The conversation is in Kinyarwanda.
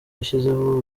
yashyizeho